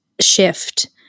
shift